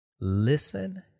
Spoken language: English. listen